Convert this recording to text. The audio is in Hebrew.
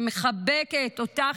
אני מחבקת אותך,